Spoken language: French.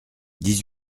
dix